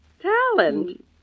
talent